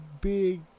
big